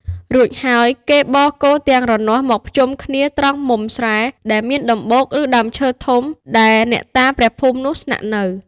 រួចហើយគេបរគោទាំងរនាស់មកភ្ជុំគ្នាត្រង់មុមស្រែ ដែលមានដំបូក ឬ ដើមឈើធំ ដែលអ្នកតាព្រះភូមិនោះស្នាក់នៅ។